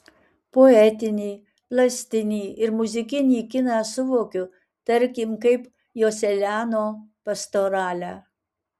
poetinį plastinį ir muzikinį kiną suvokiu tarkim kaip joselianio pastoralę